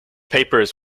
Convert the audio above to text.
papers